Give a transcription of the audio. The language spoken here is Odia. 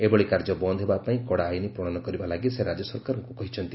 ଏଭଳି କାର୍ଯ୍ୟ ବନ୍ଦ ହେବା ପାଇଁ କଡ଼ା ଆଇନ ପ୍ରଶୟନ କରିବା ଲାଗି ସେ ରାଜ୍ୟସରକାରମାନଙ୍କୁ କହିଛନ୍ତି